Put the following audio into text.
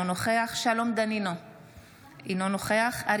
אינו נוכח שלום דנינו,